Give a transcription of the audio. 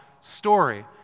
story